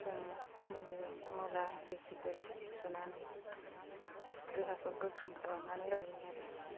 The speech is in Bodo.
जोङो मुलि मुला बिजिफोर सुनानै देहाखौ गोख्रों खालामनानै लायो आरो